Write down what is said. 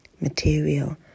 material